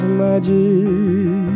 magic